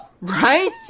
Right